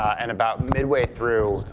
and about midway through,